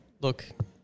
look